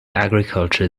agriculture